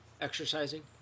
exercising